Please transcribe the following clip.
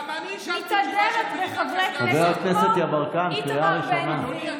חבר הכנסת יברקן, קריאה ראשונה.